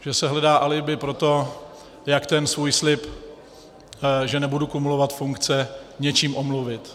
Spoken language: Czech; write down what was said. Že se hledá alibi pro to, jak ten svůj slib, že nebudu kumulovat funkce, něčím omluvit.